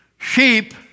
Sheep